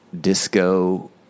disco